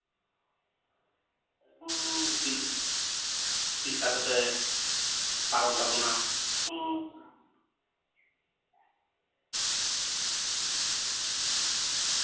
ᱪᱮᱫ ᱪᱮᱫᱞᱮᱠᱟᱛᱮᱯᱮ ᱯᱟᱨᱚᱢ ᱛᱟᱵᱚᱱᱟ